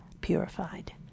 purified